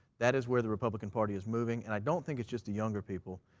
that is where the republican party is moving and i don't think it's just the younger people.